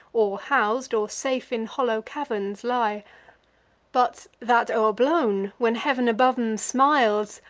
or hous'd, or safe in hollow caverns lie but, that o'erblown, when heav'n above em smiles,